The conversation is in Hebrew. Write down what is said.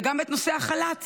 וגם נושא החל"ת